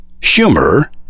Humor